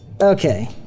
Okay